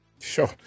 Sure